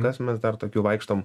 nes mes dar daugiau vaikštom